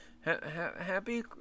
happy